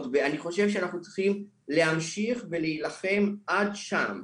ואני חושב שאנחנו צריכים להמשיך ולהילחם עד שם,